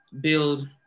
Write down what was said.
build